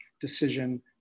decision